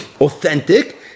authentic